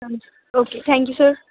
Haji okay thank you sir